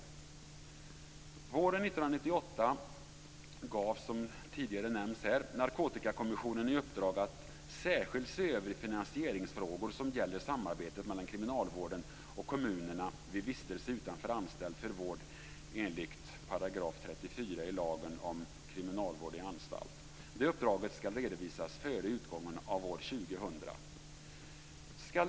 Våren 1998 gavs, som tidigare nämnts, Narkotikakommissionen i uppdrag att särskilt se över finansieringsfrågor som gäller samarbetet mellan kriminalvården och kommunerna vid vistelse utanför anstalt för vård enligt § 34 i lagen om kriminalvård i anstalt. Det uppdraget skall redovisas före utgången av år 2000. Fru talman!